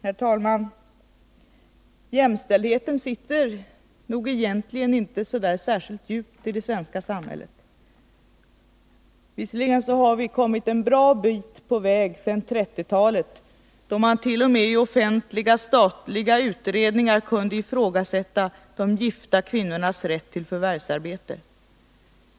Herr talman! Jämställdheten sitter nog egentligen inte särskilt djupt i det svenska samhället. Visserligen har vi kommit en bra bit på väg sedan 1930-talet, då man t.o.m. i offentliga utredningar kunde ifrågasätta de gifta kvinnornas rätt till förvärvsarbete.